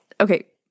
okay